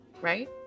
Right